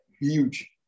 huge